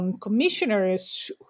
commissioners